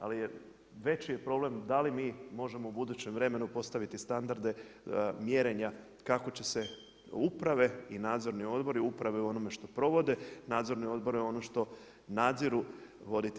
Ali je veći je problem, da li mi možemo u budućem vremenu postaviti standarde mjerenja, kako će se uprave i nadzorni odbori, upravi u onome što provode, nadzorni odbor ono što nadziru voditi.